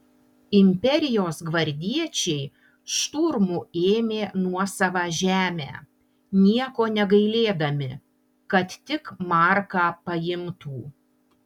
imperijos gvardiečiai šturmu ėmė nuosavą žemę nieko negailėdami kad tik marką paimtų